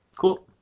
Cool